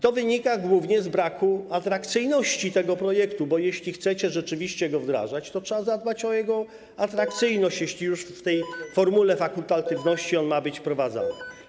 To wynika głównie z braku atrakcyjności tego projektu, bo jeśli chcecie rzeczywiście go wdrażać, to trzeba zadbać o jego atrakcyjność, jeśli już w tej formule fakultatywności ma być wprowadzany.